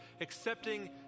accepting